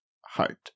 Heart